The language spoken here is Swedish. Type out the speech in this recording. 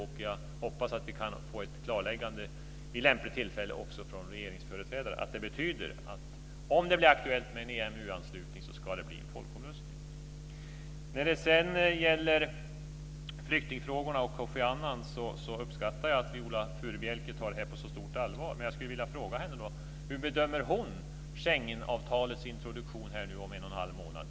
Och jag hoppas att vi vid ett lämpligt tillfälle kan få ett klarläggande också från regeringsföreträdare om att det här betyder att det, om det blir aktuellt med en EMU-anslutning, ska bli en folkomröstning. Sedan gäller det flyktingfrågorna och Kofi Annan. Jag uppskattar att Viola Furubjelke tar det här på så stort allvar. Men jag skulle vilja fråga hur hon bedömer Schengenavtalets introduktion om en och en halv månad.